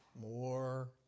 more